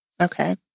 Okay